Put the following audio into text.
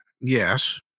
yes